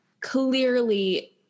clearly